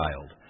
child